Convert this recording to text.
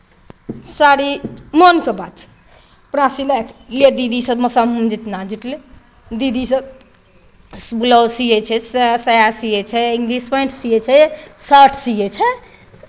साड़ी मोनके बात छै कपड़ा सिलाइमे दीदीसभ जितना जुटलै दीदीसभ ब्लाउज सियै छै साया सियै छै इंग्लिश पैंट सियै छै शर्ट सियै छै